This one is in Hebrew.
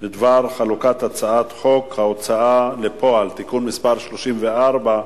בדבר חלוקת הצעת חוק ההוצאה לפועל (תיקון מס' 34),